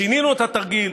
שינינו את התרגיל,